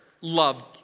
love